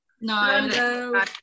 No